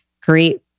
great